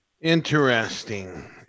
Interesting